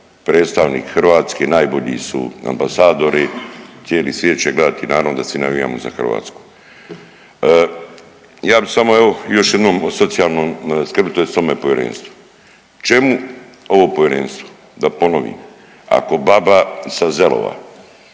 predstavnik Hrvatske, najbolji su ambasadori, cijeli svijet će gledati, naravno da svi navijamo za Hrvatsku. Ja bih samo evo, još jednom o socijalnoj skrbi tj. ovome Povjerenstvu. Čemu ovo Povjerenstvo? Da ponovim, ako baba sa Zelova